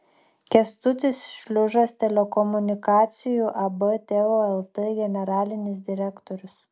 kęstutis šliužas telekomunikacijų ab teo lt generalinis direktorius